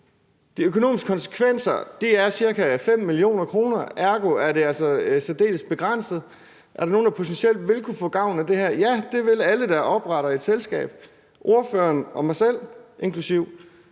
De økonomiske konsekvenser er ca. 5 mio. kr., ergo er det altså særdeles begrænset. Er der nogen, der potentielt vil kunne få gavn af det her? Ja, det vil alle, der opretter et selskab, inklusive ordføreren og mig selv, for vi